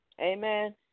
Amen